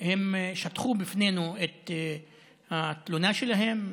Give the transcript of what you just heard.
והם שטחו בפנינו את התלונה שלהם,